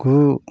गु